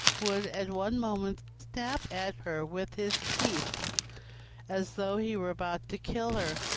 would at one moment snap at her with his teeth as though he were about to kill her,